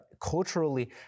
Culturally